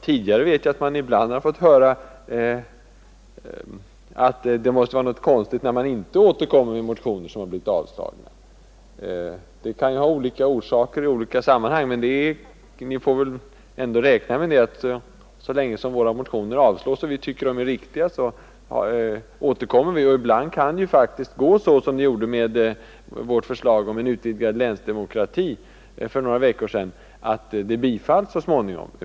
Tidigare har man ibland fått höra att det är något konstigt när man inte återkommer med motioner som blivit avslagna. Det kan ju ha olika orsaker i olika fall, men ni lär ändå få räkna med att så länge våra motioner avslås och vi tycker att de är riktiga, så återkommer vi. Och ibland kan det ju faktiskt gå som med vårt förslag om en utvidgad länsdemokrati för några veckor sedan, att förslagen bifalls så småningom.